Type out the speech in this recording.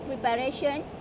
preparation